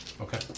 Okay